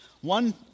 one